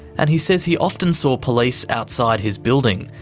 and he says he often saw police outside his building,